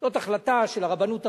זאת החלטה של הרבנות הראשית,